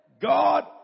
God